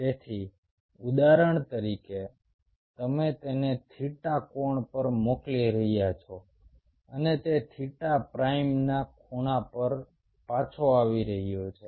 તેથી ઉદાહરણ તરીકે તમે તેને થીટા કોણ પર મોકલી રહ્યા છો અને તે થીટા પ્રાઇમના ખૂણા પર પાછો આવી રહ્યો છે